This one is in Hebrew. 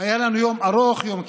היה לנו יום ארוך, יום קשה,